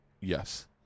Yes